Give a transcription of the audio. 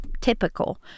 typical